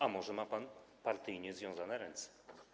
A może ma pan partyjnie związane ręce?